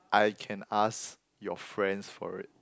I can ask your friends for it